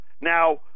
Now